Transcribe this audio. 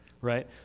right